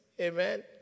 Amen